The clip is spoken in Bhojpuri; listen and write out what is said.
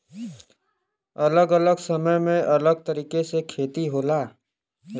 अलग अलग समय में अलग तरीके से खेती होला